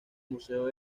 museo